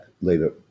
later